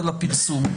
על הפרקטיקה.